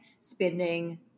spending